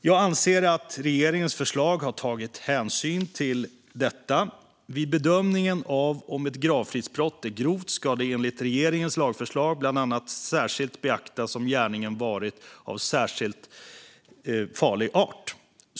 Jag anser att regeringens förslag har tagit hänsyn till detta. Vid bedömningen av om ett gravfridsbrott är grovt ska det enligt regeringens lagförslag bland annat särskilt beaktas om gärningen varit av särskilt farlig art.